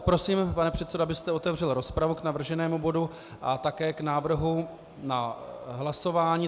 Prosím, pane předsedo, abyste otevřel rozpravu k navrženému bodu a také k návrhu na hlasování.